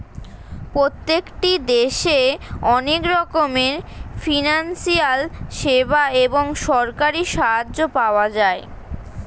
প্রত্যেকটি দেশে অনেক রকমের ফিনান্সিয়াল সেবা এবং সরকারি সাহায্য পাওয়া যায়